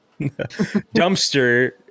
Dumpster